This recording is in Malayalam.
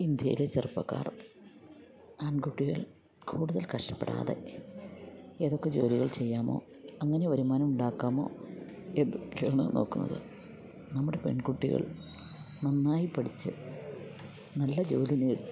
ഇന്ത്യയിലെ ചെറുപ്പക്കാർ ആൺകുട്ടികൾ കൂടുതൽ കഷ്ടപ്പെടാതെ ഏതൊക്കെ ജോലികൾ ചെയ്യാമോ അങ്ങനെ വരുമാനം ഉണ്ടാക്കാമോ എന്നൊക്കെയാണ് നോക്കുന്നത് നമ്മുടെ പെൺകുട്ടികൾ നന്നായി പഠിച്ച് നല്ല ജോലി നേടി